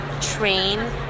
train